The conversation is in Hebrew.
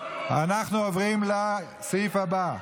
אנחנו עוברים לסעיף הבא: